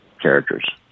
characters